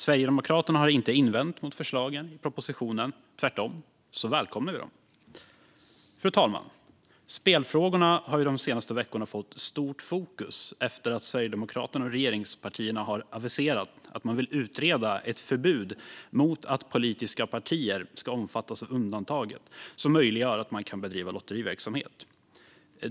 Sverigedemokraterna har inte invänt mot förslagen i propositionen; tvärtom välkomnar vi dem. Fru talman! Spelfrågorna har de senaste veckorna fått stort fokus efter att Sverigedemokraterna och regeringspartierna aviserat att man vill utreda ett förbud mot att politiska partier ska omfattas av undantaget som möjliggör att man kan bedriva lotteriverksamhet.